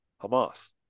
Hamas